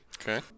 Okay